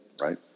right